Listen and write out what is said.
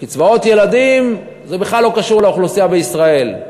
קצבאות ילדים, זה בכלל לא קשור לאוכלוסייה בישראל.